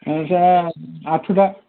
ଏଇଟା ଆଠୁଟା